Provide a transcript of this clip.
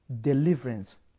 deliverance